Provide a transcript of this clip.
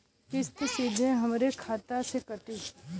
किस्त सीधा हमरे खाता से कटी?